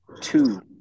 two